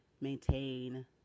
maintain